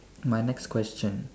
my next question